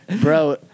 Bro